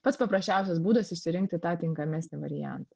pats paprasčiausias būdas išsirinkti tą tinkamesnį variantą